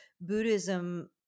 Buddhism